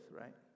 right